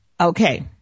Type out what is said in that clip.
okay